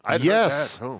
Yes